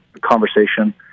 conversation